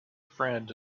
friend